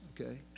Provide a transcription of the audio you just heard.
okay